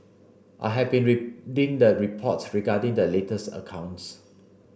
I have been reading the reports regarding the latest accounts